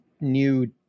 new